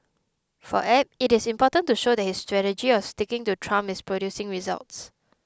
for Abe it is important to show that his strategy of sticking to Trump is producing results